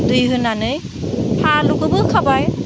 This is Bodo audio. ओमफ्राय दै होनानै फालुखौबो होखाबाय